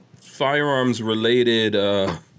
firearms-related